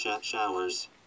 showers